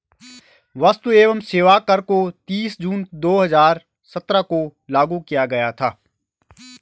वस्तु एवं सेवा कर को तीस जून दो हजार सत्रह को लागू किया गया था